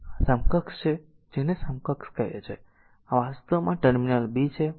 તેથી આ સમકક્ષ છે જેને આ સમકક્ષ કહે છે r આ વાસ્તવમાં આ ટર્મિનલ b છે